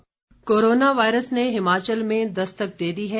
corona virus corona virus ने हिमाचल में दस्तक दे दी है